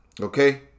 Okay